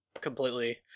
completely